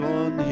on